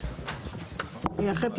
אני יכולה לבקש ממך,